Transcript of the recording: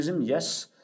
yes